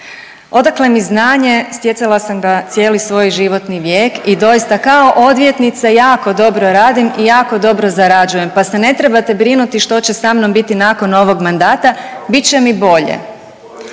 odakle mi znanje, stjecala sam ga cijeli svoj životni vijek i doista kao odvjetnica jako dobro radim i jako dobro zarađujem, pa se ne trebate brinuti što će sa mnom biti nakon ovog mandata, bit će mi bolje.